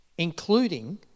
including